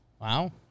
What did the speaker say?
Wow